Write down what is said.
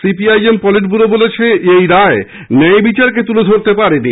CPIM পলিটব্যুরোও বলেছে এই রায় ন্যায় বিচারকে তুলে ধরতে পারেনি